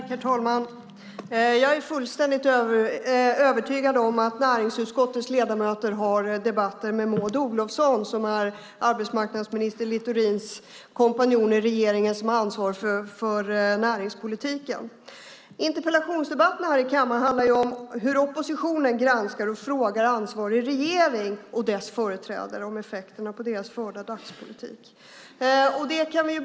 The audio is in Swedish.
Herr talman! Jag är fullständigt övertygad om att näringsutskottets ledamöter har debatter med Maud Olofsson som är arbetsmarknadsminister Littorins kompanjon i regeringen med ansvar för näringspolitiken. Interpellationsdebatterna här i kammaren handlar ju om att oppositionen granskar och frågar ansvarig regering och dess företrädare om effekterna av den förda dagspolitiken.